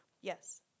Yes